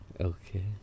Okay